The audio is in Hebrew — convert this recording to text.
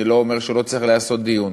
אני לא אומר שלא צריך לעשות דיון,